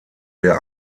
der